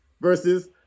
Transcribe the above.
versus